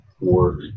work